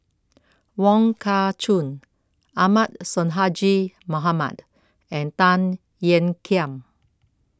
Wong Kah Chun Ahmad Sonhadji Mohamad and Tan Ean Kiam